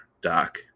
doc